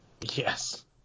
Yes